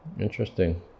Interesting